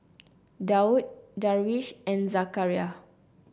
Daud Darwish and Zakaria